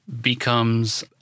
becomes